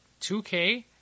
2K